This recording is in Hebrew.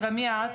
מי את?